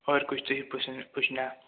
ਹੋਰ ਕੁਝ ਤੁਸੀਂ ਪੁੱਛਨ ਪੁੱਛਣਾ